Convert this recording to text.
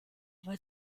weil